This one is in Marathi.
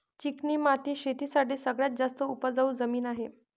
चिकणी माती शेती साठी सगळ्यात जास्त उपजाऊ जमीन आहे